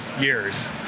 years